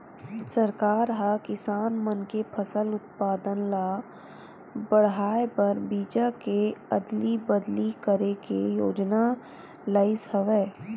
सरकार ह किसान मन के फसल उत्पादन ल बड़हाए बर बीजा के अदली बदली करे के योजना लइस हवय